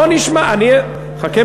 בוא נשמע, תגיד